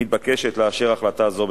מתבקשת לאשר החלטה זו.